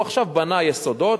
הוא עכשיו בנה יסודות,